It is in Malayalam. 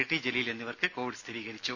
ടി ജലീൽ എന്നിവർക്ക് കോവിഡ് സ്ഥിരീകരിച്ചു